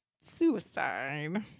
suicide